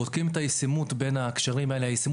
בודקים את הישיבות הדיגיטלית.